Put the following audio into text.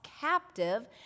captive